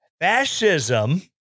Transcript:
Fascism